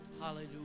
Hallelujah